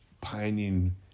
pining